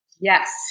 Yes